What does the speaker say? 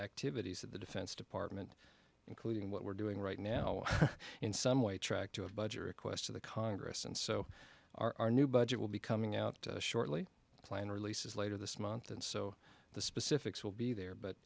activities at the defense department including what we're doing right now in some way track to a budget request of the congress and so our new budget will be coming out shortly planned releases later this month and so the specifics will be there but